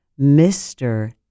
Mr